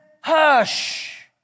hush